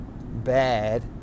bad